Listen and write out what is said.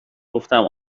گفتم